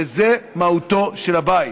וזאת מהותו של הבית,